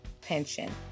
pension